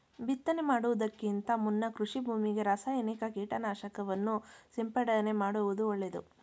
ಬಿತ್ತನೆ ಮಾಡುವುದಕ್ಕಿಂತ ಮುನ್ನ ಕೃಷಿ ಭೂಮಿಗೆ ರಾಸಾಯನಿಕ ಕೀಟನಾಶಕವನ್ನು ಸಿಂಪಡಣೆ ಮಾಡುವುದು ಒಳ್ಳೆದು